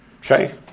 Okay